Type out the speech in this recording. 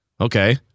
Okay